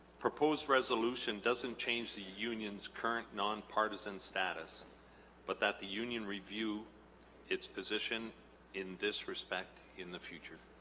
proposed resolution doesn't change the union's current nonpartisan status but that the union review its position in this respect in the future